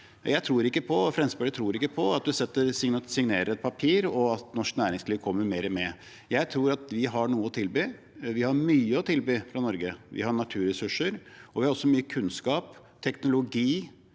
Fremskrittspartiet tror ikke på at om man signerer et papir, kommer norsk næringsliv mer med. Jeg tror at vi har noe å tilby. Vi har mye å tilby fra Norge. Vi har naturressurser, vi har også mye kunnskap, teknologi,